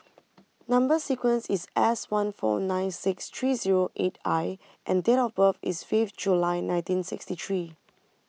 Number Sequence is S one four nine six three zero eight I and date of birth is fifth July nineteen sixty three